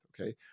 Okay